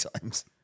times